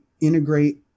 integrate